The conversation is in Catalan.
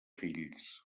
fills